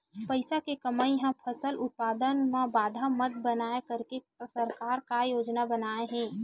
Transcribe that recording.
पईसा के कमी हा फसल उत्पादन मा बाधा मत बनाए करके सरकार का योजना बनाए हे?